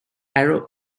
arrow